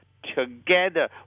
Together